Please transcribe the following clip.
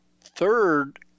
third